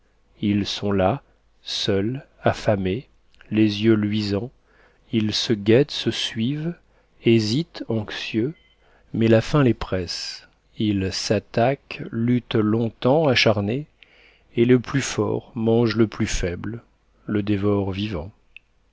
ils sont là seuls affamés les yeux luisants ils se guettent se suivent hésitent anxieux mais la faim les presse ils s'attaquent luttent longtemps acharnés et le plus fort mange le plus faible le dévore vivant